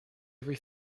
every